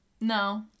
No